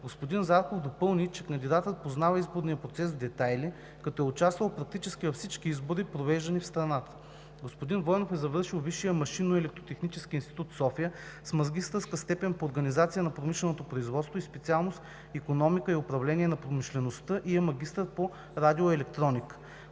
Господин Зарков допълни, че кандидатът познава изборния процес в детайли, като е участвал практически във всички избори, провеждани в страната. Господин Войнов е завършил Висшия машинно-електротехнически институт – София, с магистърска степен по организация на промишленото производство и специалност „Икономика и управление на промишлеността“ и е магистър по радиоелектроника.